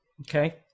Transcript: Okay